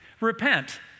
Repent